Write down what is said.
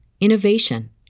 innovation